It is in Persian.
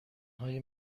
های